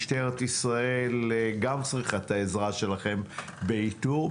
משטרת ישראל גם צריכה את העזרה שלכם באיתור,